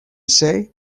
say